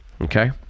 Okay